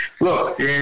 look